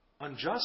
Unjust